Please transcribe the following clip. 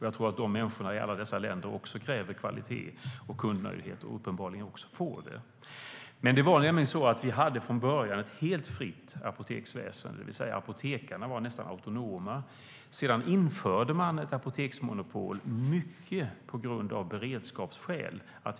Jag tror att människorna i alla dessa länder kräver kvalitet och kundnöjdhet och uppenbarligen också får det. Det var nämligen så att vi från början hade ett helt fritt apoteksväsen, det vill säga att apotekarna var nästan autonoma. Sedan införde man ett apoteksmonopol mycket på grund av beredskapsskäl.